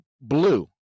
blue